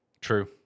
True